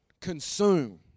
consume